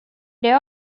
there